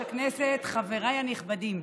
חבריי הנכבדים,